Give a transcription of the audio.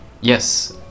Yes